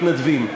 מתנדבים.